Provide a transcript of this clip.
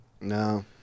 No